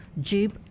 Jeep